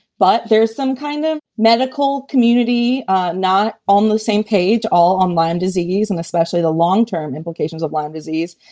but there's some kind of medical community not on the same page all on lyme disease and especially the long-term implications of lyme disease.